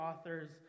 authors